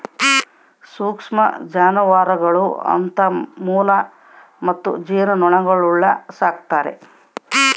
ಸೂಕ್ಷ್ಮ ಜಾನುವಾರುಗಳು ಅಂತ ಮೊಲ ಮತ್ತು ಜೇನುನೊಣಗುಳ್ನ ಸಾಕ್ತಾರೆ